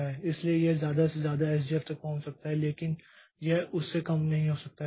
इसलिए यह ज़्यादा से ज़्यादा एसजेएफ तक पहुंच सकता है लेकिन यह उससे कम नहीं हो सकता है